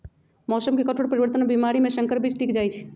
मौसम के कठोर परिवर्तन और बीमारी में संकर बीज टिक जाई छई